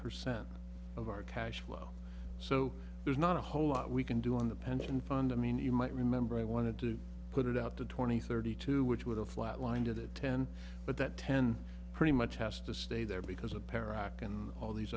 percent of our cash flow so there's not a whole lot we can do on the pension fund i mean you might remember i wanted to put it out to twenty thirty two which was a flat line to the ten but that ten pretty much has to stay there because the parent can all these